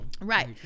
right